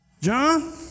John